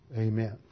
Amen